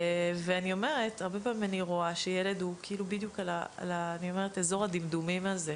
ואני אומרת: הרבה פעמים אני רואה שילד נמצא בדיוק באזור הדמדומים הזה,